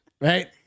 Right